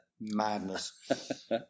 Madness